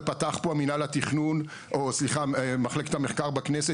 ופתחו פה מחלקת המחקר בכנסת,